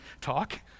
talk